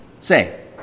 say